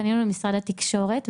פנינו למשרד התקשורת,